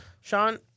Sean